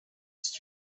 ist